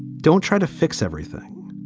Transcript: don't try to fix everything.